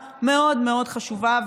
שוב,